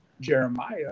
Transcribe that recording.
Jeremiah